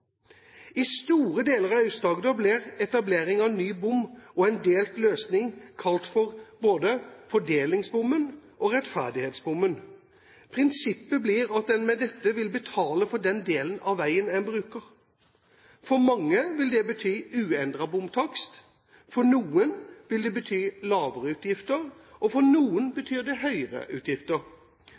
I store deler av Aust-Agder ble etablering av ny bom og en delt løsning kalt for både fordelingsbommen og rettferdighetsbommen. Prinsippet blir at en med dette vil betale for den delen av veien en bruker. For mange vil det bety uendret bomtakst, for noen vil det bety lavere utgifter, og for noen betyr det høyere utgifter.